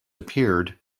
appeared